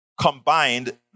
combined